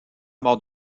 mort